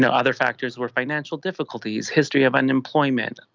and other factors were financial difficulties, history of unemployment,